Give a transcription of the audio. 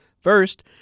First